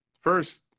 first